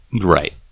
Right